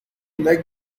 like